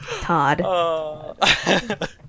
Todd